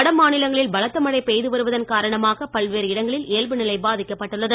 வடமாநிலங்களில் பலத்த மழை பெய்துவருவதன் காரணமாக பல்வேறு இடங்களில் இயல்பு நிலை பாதிக்கப்பட்டுள்ளது